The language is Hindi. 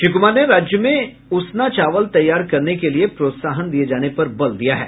श्री कुमार ने राज्य में उसना चावल तैयार करने के लिये प्रोत्साहन दिये जाने पर बल दिया है